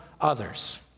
others